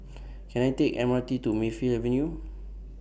Can I Take M R T to Mayfield Avenue